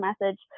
message